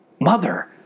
mother